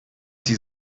sie